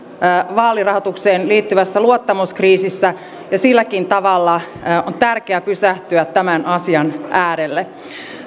vaalirahoitukseen liittyvässä luottamuskriisissä ja silläkin tavalla on tärkeää pysähtyä tämän asian äärelle